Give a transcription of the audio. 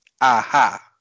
aha